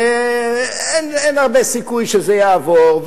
ואין הרבה סיכוי שזה יעבור,